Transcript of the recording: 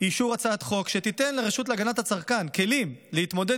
אישור הצעת חוק שתיתן לרשות להגנת הצרכן כלים להתמודד